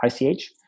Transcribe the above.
ICH